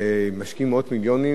ומוצאים את עצמם יום אחד